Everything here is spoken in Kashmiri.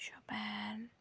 شُپیان